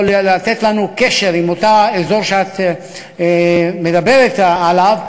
או לתת לנו קשר עם אותו אזור שאת מדברת עליו,